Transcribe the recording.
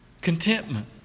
Contentment